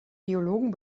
biologen